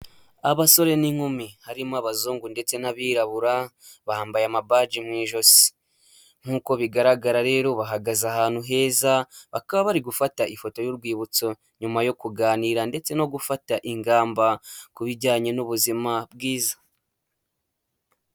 Abasore n'inkumi harimo abazungu ndetse n'abirabura, bambaye amabaji mu ijosi nk'uko bigaragara rero bahagaze ahantu heza, bakaba bari gufata ifoto y'urwibutso nyuma yo kuganira ndetse no gufata ingamba ku bijyanye n'ubuzima bwiza.